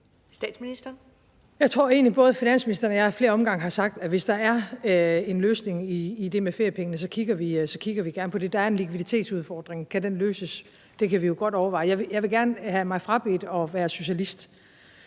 Frederiksen): Jeg tror egentlig, at både jeg og finansministeren i flere omgange har sagt, at hvis der er en løsning i det med feriepengene, kigger vi gerne på det. Der er en likviditetsudfordring, og kan den løses med feriepengene, kan vi jo godt overveje det. Jeg vil gerne have mig frabedt mig at